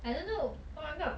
I don't know oh my god